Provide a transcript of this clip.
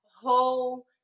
whole